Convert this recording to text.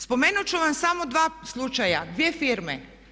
Spomenut ću vam samo dva slučaja dvije firme.